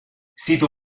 sito